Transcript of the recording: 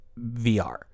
VR